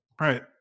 Right